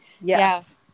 Yes